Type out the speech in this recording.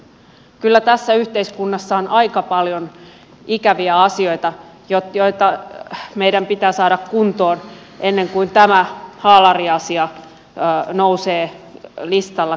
kyllä tässä yhteiskunnassa on aika paljon ikäviä asioita joita meidän pitää saada kuntoon ennen kuin tämä haalariasia nousee listalla kärkipäähän